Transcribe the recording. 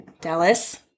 Dallas